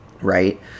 right